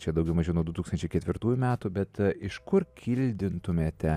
čia daugiau mažiau nuo du tkstančiai ketvirtųjų metų bet iš kur kildintumėte